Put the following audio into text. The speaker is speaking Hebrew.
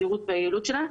הסבירות והיעילות שלה.